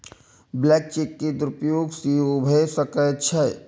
blank cheque के दुरुपयोग सेहो भए सकै छै